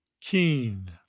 keen